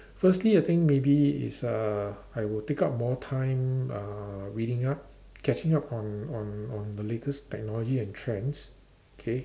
firstly I think maybe is uh I will take up more time uh reading up catching up on on on the latest technology and trends okay